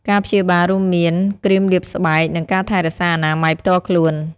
ការព្យាបាលរួមមានគ្រីមលាបស្បែក និងការថែរក្សាអនាម័យផ្ទាល់ខ្លួន។